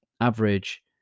Average